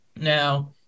Now